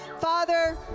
Father